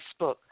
Facebook